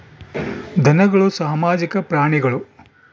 ಧನಗಳು ಸಾಮಾಜಿಕ ಪ್ರಾಣಿಗಳು